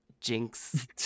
Jinx